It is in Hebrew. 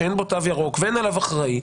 שאין בו תו ירוק ואין עליו אחראי,